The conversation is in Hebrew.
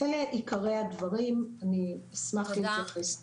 אלה הם עיקרי הדברים, אני אשמח להתייחס אליהם.